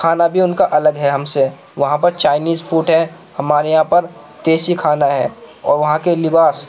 کھانا بھی ان کا الگ ہے ہم سے وہاں پر چائنیز فوٹ ہے ہمارے یہاں پر دیسی کھانا ہے اور وہاں کے لباس